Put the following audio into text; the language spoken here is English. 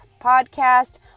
podcast